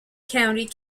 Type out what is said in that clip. county